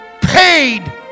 paid